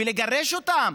ולגרש אותם